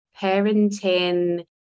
parenting